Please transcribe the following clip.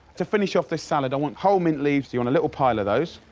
to finish up this salad i want whole mint leaves. you want a little pile of those.